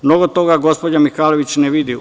Mnogo toga gospođa Mihajlović ne vidi.